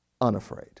unafraid